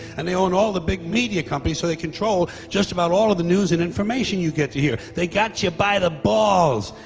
and they own all the big media companies so they control just about all the news and information you get to hear, they got you by the balls!